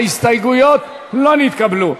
ההסתייגויות לא נתקבלו.